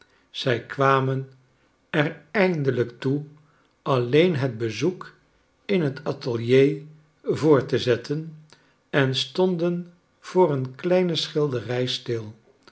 zij kwamen er eindelijk toe alleen het bezoek in het atelier voort te zetten en stonden voor een kleine schilderij stil